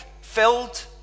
Filled